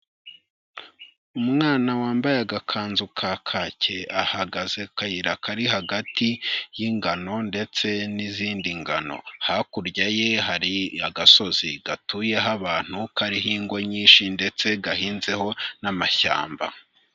Umwana wambaye agakanzu ka kake ahagaze ku kayira kari hagati y'ingano ndetse n'izindi ngano, hakurya ye hari agasozi gatuyeho abantu kariho ingo nyinshi ndetse gahinzeho n'amashyamba.